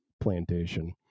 plantation